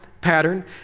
pattern